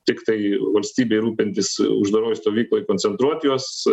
tiktai valstybei rūpintis uždaroj stovykloj koncentruot juos